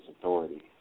authority